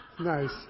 Nice